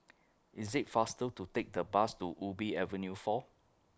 IS IT faster to Take The Bus to Ubi Avenue four